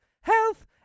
health